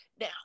Now